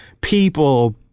people